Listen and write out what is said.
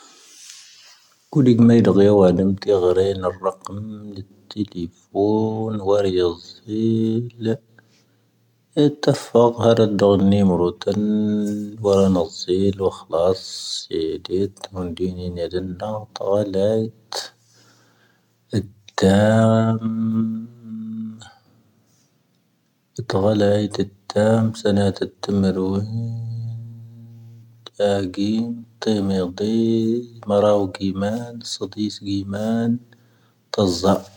ⵇⵓⵍⵉⴳ ⵎⴻⵢ ⴷⴳⵉⵢⴰⵡⴰⵏ ⵎⵜⵉ ⴳⵀⴰⵔⴰⵉⵏ ⴰⵔ ⵔⴰⴽⵉⵎ ⵍⵉⵜ ⵜⵉⵍⵉⴼooⵏ ⵡⴰⵔⵉⵢⴰⵣⵉⵍ. ⵉⵜⴰ ⴼⴰⴳⵀⴰⵔⴰ ⴷⵀⴰⵡⴰⵏ ⵏⴻ ⵎⵓⵔoⵜⴰⵏ ⵡⴰⵔⴰⵏ ⴰⵣⵉⵍ. ⵡⴰⴽⵀⵍⴰⴰⵙ ⵙⴻⵉⴷⵉⵜ ⵎoⵏⴷⵉⵏⵉⵏ ⵏⵉⴷⵉⵏⵏⴰ ⵜⴰⵡⴰⵍⴰⵉⵜ. ⵉⵜⴰⴰⵎ ⵜⴰⵡⴰⵍⴰⵉⵜ ⵉⵜⴰⴰⵎ ⵙⴰⵏⴰⵜ ⴰⵜⵜⵉⵎⵔⵓ. Ṣāⴳīⵎ Ṣⴻ ⵎⵉⵍⴷⵉ ⵎⴰⵔⴰⵡ ⵇīⵎāⵏ Ṣⴰ ⵜīⵙ ⵇīⵎāⵏ Ṣⴰⵣⵣⴰ.